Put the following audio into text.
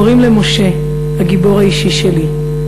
הורים למשה, הגיבור האישי שלי,